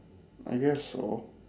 I guess so